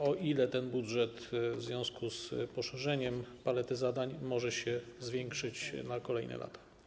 O ile ten budżet w związku z poszerzeniem palety zadań może się zwiększyć w kolejnych latach?